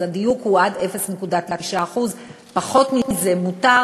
אז הדיוק הוא עד 0.9%. פחות מזה מותר,